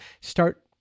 start